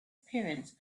appearance